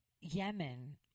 Yemen